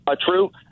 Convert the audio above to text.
true